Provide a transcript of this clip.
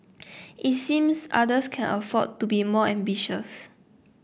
it seems others can afford to be more ambitious